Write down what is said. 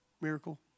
miracle